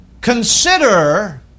consider